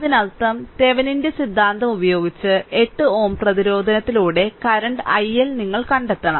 അതിനർത്ഥം തെവെനിന്റെ സിദ്ധാന്തം ഉപയോഗിച്ച് 8 Ω പ്രതിരോധത്തിലൂടെ കറന്റ് i L നിങ്ങൾ കണ്ടെത്തണം